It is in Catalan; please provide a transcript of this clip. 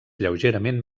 lleugerament